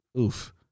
oof